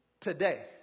Today